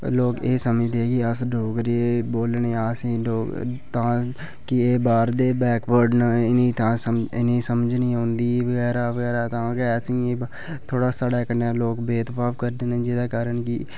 लोक एह् समझदे कि अस डोगरी बोलने आं असें ई डो तां कि जे बाह्र दे बैकवर्ड न इ'नें ई तां समझ इ'नें ई समझ निं औंदी बगैरा बगैरा तां गै असें गी थोह्ड़ा साढ़े कन्नै लोक भेद भाव करदे न जेह्दे कारण